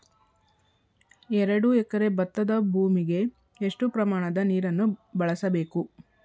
ಎರಡು ಎಕರೆ ಭತ್ತದ ಭೂಮಿಗೆ ಎಷ್ಟು ಪ್ರಮಾಣದ ನೀರನ್ನು ಬಳಸಬೇಕು?